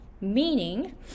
meaning